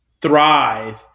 thrive